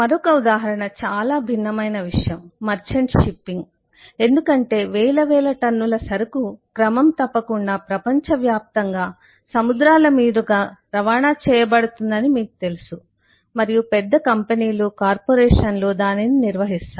మరొక ఉదాహరణ చాలా భిన్నమైన విషయం మర్చంట్ షిప్పింగ్ ఎందుకంటే వేల వేల టన్నుల సరుకు క్రమం తప్పకుండా ప్రపంచవ్యాప్తంగా సముద్రాల మీదుగా రవాణా చేయబడుతుందని మీకు తెలుసు మరియు పెద్ద కంపెనీలు కార్పొరేషన్లు దానిని నిర్వహిస్తాయి